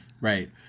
Right